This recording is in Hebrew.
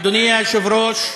אדוני היושב-ראש,